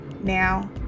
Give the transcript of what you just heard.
Now